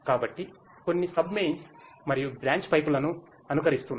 కాబట్టి కొన్ని sub mains మరియు బ్రాంచ్ పైపులను అనుకరిస్తున్నాయి